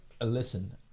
Listen